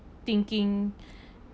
thinking